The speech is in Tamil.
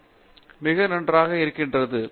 பேராசிரியர் பிரதாப் ஹரிதாஸ் மிக நன்றாக இருக்கிறது